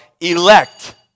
elect